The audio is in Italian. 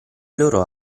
loro